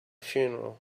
funeral